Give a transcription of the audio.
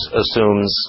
assumes